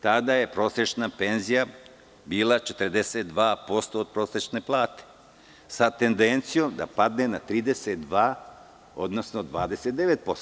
Tada je prosečna penzija bila 42% od prosečne plate sa tendencijom da padne na 32, odnosno 29%